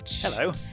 Hello